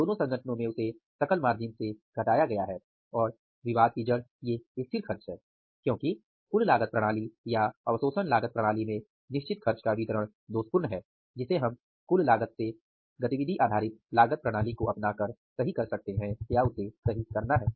दोनों संगठनों में उसे सकल मार्जिन से घटाया गया है और विवाद की जड़ ये निश्चित खर्च हैं क्योंकि कुल लागत प्रणाली या अवशोषण लागत प्रणाली में निश्चित खर्च का वितरण दोषपूर्ण है जिसे हमें कुल लागत से गतिविधि आधारित लागत प्रणाली को अपनाकर सही करना है